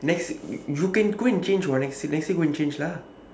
next you you can go and change [what] next week next week go and change lah